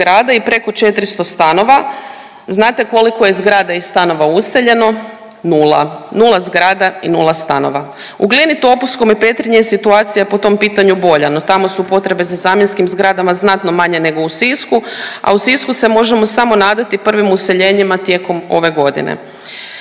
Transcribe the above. i preko 400 stanova znate koliko je zgrada i stanova useljeno? Nula, nula zgrada i nula stanova. U Glini, Topuskom i Petrinji situacija je po tom pitanju bolja, no tamo su potrebe za zamjenskim zgradama znatno manje nego u Sisku, a u Sisku se možemo samo nadati prvim useljenjima tijekom ove godine.